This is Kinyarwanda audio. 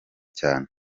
cyane